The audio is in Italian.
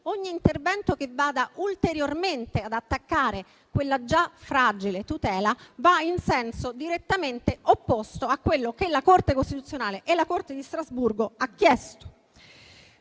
ogni intervento che vada ulteriormente ad attaccare quella già fragile tutela va in senso direttamente opposto a quello che la Corte costituzionale e la Corte di Strasburgo hanno chiesto.